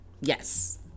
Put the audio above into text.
yes